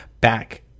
back